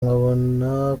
nkabona